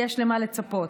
יש למה לצפות.